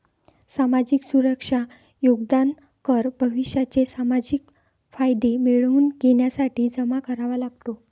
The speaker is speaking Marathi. सामाजिक सुरक्षा योगदान कर भविष्याचे सामाजिक फायदे मिळवून घेण्यासाठी जमा करावा लागतो